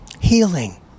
healing